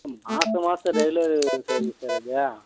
ம் மாசம் மாசம் ரெகுலரு சர்வீஸு சார் அது